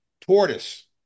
tortoise